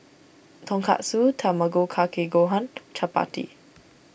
Tonkatsu Tamago Kake Gohan Chapati